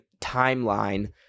timeline